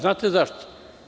Znate zašto?